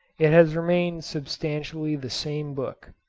it has remained substantially the same book.